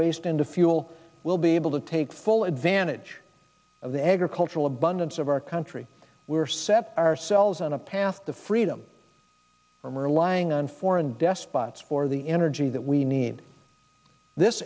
waste into fuel will be able to take full advantage of the agricultural abundance of our country we are sept and a path to freedom from relying on foreign desk spots for the energy that we need this